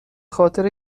خاطر